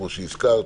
כמו שהזכרת,